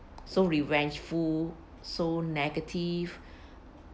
so revengeful so negative